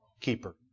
keeper